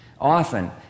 Often